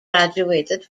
graduated